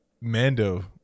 Mando